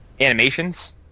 animations